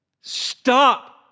Stop